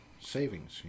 savings